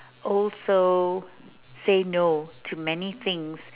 also say no to many things